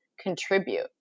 contribute